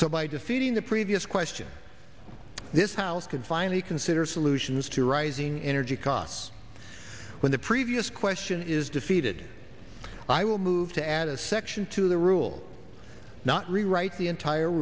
defeating the previous question this house can finally consider solutions to rising energy costs when the previous question is defeated i will move to add a section to the rule not rewrite the entire